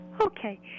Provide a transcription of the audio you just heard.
okay